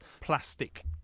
Plastic